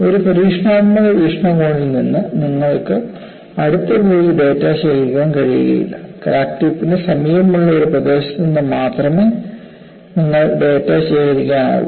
ഒരു പരീക്ഷണാത്മക വീക്ഷണകോണിൽ നിന്ന് നിങ്ങൾക്ക് അടുത്ത് പോയി ഡാറ്റ ശേഖരിക്കാൻ കഴിയില്ല ക്രാക്ക് ടിപ്പിന് സമീപമുള്ള ഒരു പ്രദേശത്ത് നിന്ന് മാത്രമേ നിങ്ങൾ ഡാറ്റ ശേഖരിക്കാനാവൂ